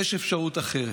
יש אפשרות אחרת.